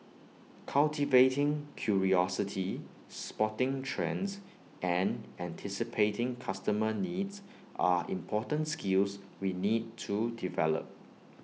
cultivating curiosity spotting trends and anticipating customer needs are important skills we need to develop